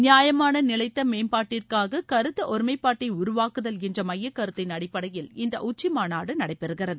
நியாயமான நிலைத்த மேம்பாட்டிற்காக கருத்து ஒருமைப்பாட்டை உருவாக்குதல் என்ற மையக்கருத்தின் அடிப்படையில் இந்த உச்சிமாநாடு நடைபெறுகிறது